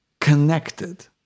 connected